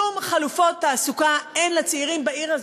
שום חלופות תעסוקה אין לצעירים בעיר הזאת.